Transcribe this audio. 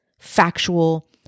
factual